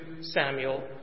Samuel